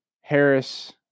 Harris